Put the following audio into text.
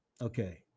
Okay